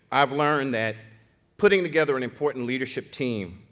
i've learned that putting together an important leadership team,